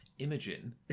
Imogen